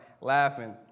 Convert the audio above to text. laughing